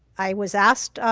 i was asked,